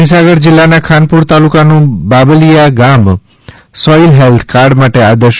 મહિસાગર જિલ્લાના ખાનપુર તાલુકાનુ બાબલિયા ગામ સોઇલ હેલ્થ કાર્ડ માટે આદર્શ